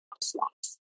slots